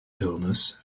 illness